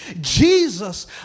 Jesus